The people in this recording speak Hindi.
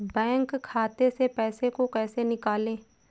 बैंक खाते से पैसे को कैसे निकालें?